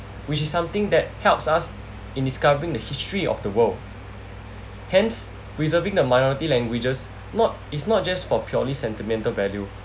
which is something that helps us in discovering the history of the world hence preserving the minority languages not it's not just for purely sentimental value